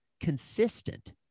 consistent